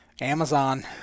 Amazon